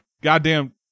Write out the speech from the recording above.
goddamn